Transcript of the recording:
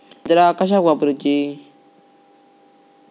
यंत्रा कशाक वापुरूची?